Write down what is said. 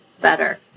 better